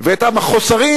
ואת החוסרים,